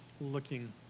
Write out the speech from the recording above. looking